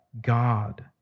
God